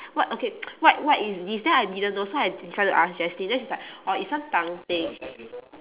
what okay what what is this then I didn't know so I decided to ask jeslyn then she's like orh it's some tongue thing